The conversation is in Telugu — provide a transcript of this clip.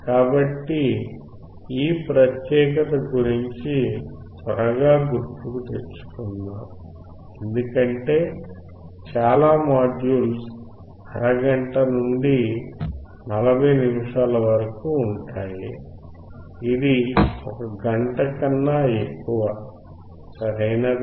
కాబట్టి ఈ ప్రత్యేకత గురించి త్వరగా గుర్తుకు తెచ్చుకుందాం ఎందుకంటే చాలా మాడ్యూల్స్ అరగంట నుండి 40 నిమిషాల వరకు ఉంటాయి ఇది 1 గంట కన్నా ఎక్కువ సరియైనదా